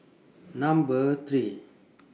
Number three